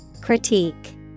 Critique